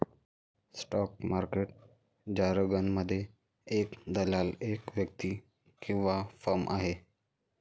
stock market जारगनमध्ये, एक दलाल एक व्यक्ती किंवा फर्म आहे